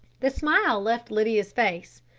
the smile left lydia's face.